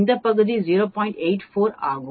84 ஆகும்